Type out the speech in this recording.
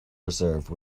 reserve